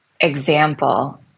example